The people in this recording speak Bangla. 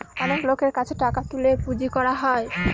অনেক লোকের কাছে টাকা তুলে পুঁজি করা হয়